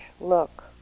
look